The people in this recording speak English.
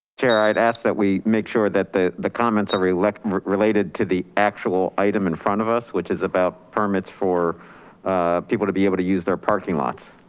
chair, i'd ask that we make sure that the the comments are like related to the actual item in front of us, which is about permits for people to be able to use their parking lots.